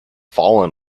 fallen